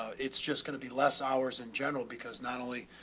it's just going to be less hours in general because not only,